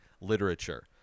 literature